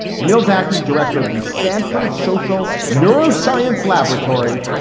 jamal zacky, director of the stanford social neuroscience laboratory.